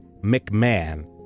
McMahon